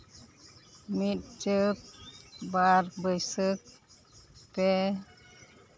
ᱢᱤᱫ ᱪᱟᱹᱛ ᱵᱟᱨ ᱵᱟᱹᱭᱥᱟᱹᱠᱷ ᱯᱮ